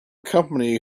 company